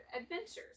adventures